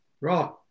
Right